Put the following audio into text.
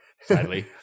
sadly